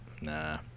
nah